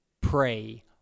Pray